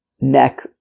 neck